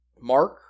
Mark